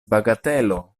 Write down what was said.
bagatelo